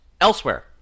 Elsewhere